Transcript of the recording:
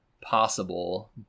possible